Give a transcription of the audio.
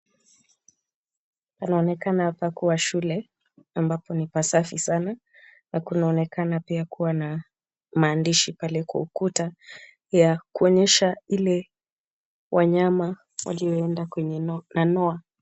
Panaonekana hapa kuwa shule ambapo ni pasafi sana na kunaonekana pia kuwa na maandishi pale kwa ukuta ya kuonyesha wale wanyama walioenda na Noah.